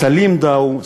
סלים דאו,